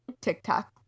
tiktok